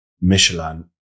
Michelin